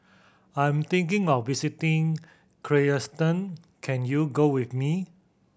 I'm thinking of visiting Kyrgyzstan can you go with me